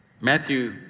Matthew